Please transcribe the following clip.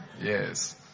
Yes